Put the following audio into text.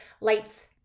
lights